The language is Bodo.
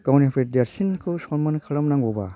गावनिफ्राय देरसिनखौ सनमान खालामनांगौबा